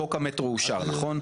חוק המטרו אושר, נכון?